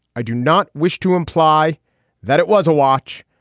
i do not wish to imply that it was a watch.